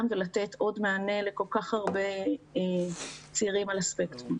ולתת עוד מענה לכל כך הרבה צעירים על הספקטרום.